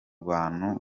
bantu